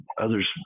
others